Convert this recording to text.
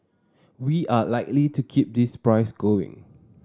we are likely to keep this price going